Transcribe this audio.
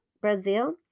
Brazil